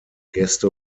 gäste